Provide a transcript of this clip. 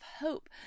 hope